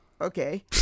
Okay